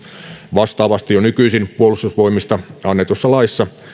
vastaavasti jo nykyisin puolustusvoimista annetussa laissa